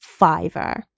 Fiverr